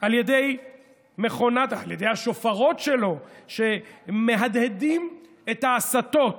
על ידי השופרות שלו, שמהדהדים את ההסתות